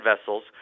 vessels